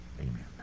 Amen